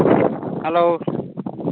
hello